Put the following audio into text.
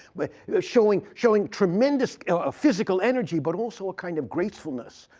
but showing showing tremendous physical energy, but also a kind of gracefulness